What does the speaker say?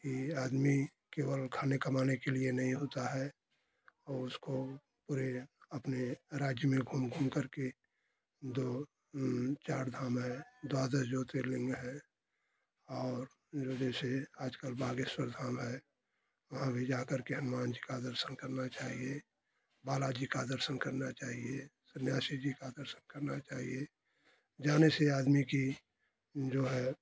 कि आदमी केवल खाने कमाने के लिए नहीं होता है और उसको पूरे अपने राज्य में घूम घूम करके दो चारधाम है द्वादश ज्योतिर्लिंग है और जो जैसे आजकल बागेश्वर धाम है वहाँ भी जा करके हनुमान जी का दर्शन करना चाहिए बालाजी का दर्शन करना चाहिए सन्यासी जी का दर्शन करना चाहिए जाने से आदमी की जो है